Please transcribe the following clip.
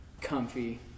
comfy